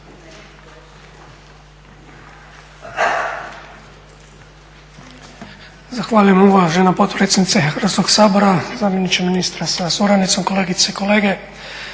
Zahvaljujem uvažena potpredsjednice Hrvatskoga sabora, zamjeniče ministra sa suradnicom, kolegice i kolege.